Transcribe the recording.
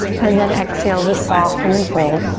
and then exhale to soften and fold.